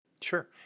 Sure